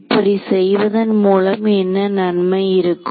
இப்படி செய்வதன் மூலம் என்ன நன்மை இருக்கும்